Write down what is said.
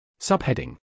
Subheading